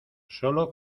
solo